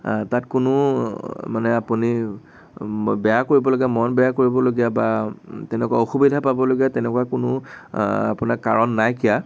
তাত কোনো মানে আপুনি বেয়া কৰিবলগীয়া মন বেয়া কৰিবলগীয়া বা তেনেকুৱা অসুবিধা পাবলগীয়া তেনেকুৱা কোনো আপোনাৰ কাৰণ নাইকীয়া